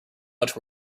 much